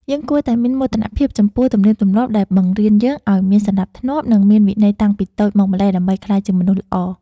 យើងគួរតែមានមោទនភាពចំពោះទំនៀមទម្លាប់ដែលបង្រៀនយើងឱ្យមានសណ្តាប់ធ្នាប់ និង មានវិន័យតាំងពីតូចមកម្ល៉េះដើម្បីក្លាយជាមនុស្សល្អ។